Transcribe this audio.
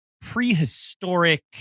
prehistoric